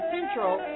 Central